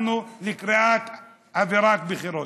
אנחנו לקראת אווירת בחירות.